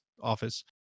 office